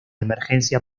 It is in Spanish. emergencia